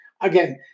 again